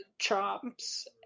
chops